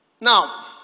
Now